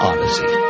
Odyssey